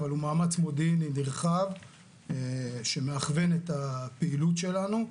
אבל הוא מאמץ מודיעיני נרחב שמכווין את הפעילות שלנו,